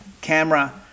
camera